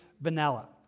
vanilla